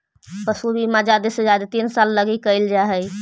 पशु बीमा जादे से जादे तीन साल लागी कयल जा हई